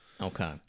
Okay